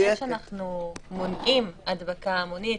בזה שאנחנו מונעים הדבקה המונית,